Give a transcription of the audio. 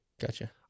Gotcha